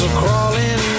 crawling